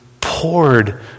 poured